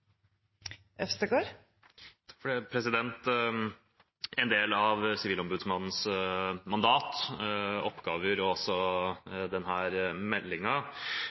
En del av Sivilombudsmannens mandat, oppgaver og også